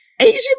Asian